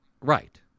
Right